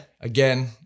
Again